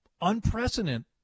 unprecedented